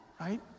right